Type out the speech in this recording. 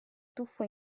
tuffo